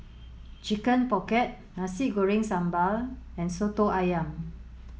Chicken Pocket Nasi Goreng Sambal and Soto Ayam